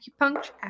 acupuncture